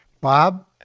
Bob